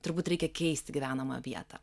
turbūt reikia keisti gyvenamą vietą